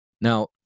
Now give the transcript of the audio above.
Now